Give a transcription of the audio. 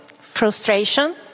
frustration